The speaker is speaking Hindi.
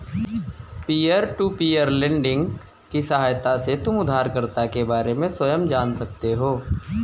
पीयर टू पीयर लेंडिंग की सहायता से तुम उधारकर्ता के बारे में स्वयं जान सकते हो